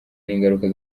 n’ingaruka